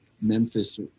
memphis